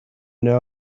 now